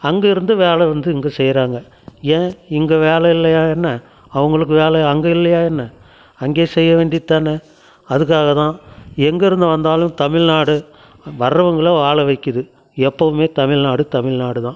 அங்கேருந்து வேலை வந்து இங்கே செய்கிறாங்க ஏன் இங்கே வேலை இல்லையா என்ன அவங்களுக்கு வேலை அங்கே இல்லையா என்ன அங்கே செய்ய வேண்டியது தான அதுக்காக தான் எங்கருந்து வந்தாலும் தமிழ்நாடு வரவங்கள வாழ வைக்கிது எப்போவுமே தமிழ்நாடு தமிழ்நாடு தான்